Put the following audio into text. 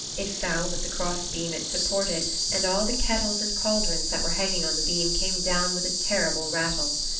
it fell with the crossbeam it supported and all the kettles and cauldrons that were hanging on the beam came down with a terrible rattle.